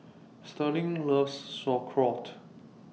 Sterling loves Sauerkraut